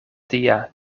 tia